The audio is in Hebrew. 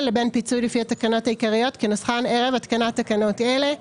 לבין פיצוי לפי התקנות העיקריות כנוסחן ערב התקנת תקנות אלה.